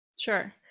Sure